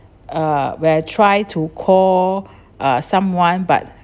uh we're try to call uh someone but